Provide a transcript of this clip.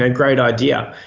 and great idea.